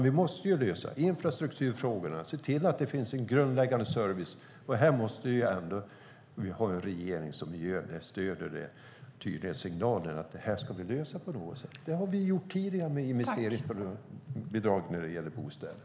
Vi måste lösa infrastrukturfrågorna och se till att det finns en grundläggande service. Vi måste ändå ha en regering som stöder den tydliga signalen att det här ska vi lösa på något sätt. Det har vi ju gjort tidigare med investeringsbidrag när det gäller bostäder.